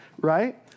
right